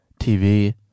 TV